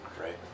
right